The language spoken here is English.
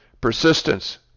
persistence